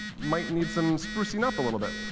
might need some sprucing up a little bit.